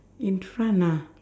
in front ah